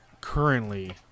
currently